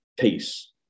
peace